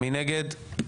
מי נגד?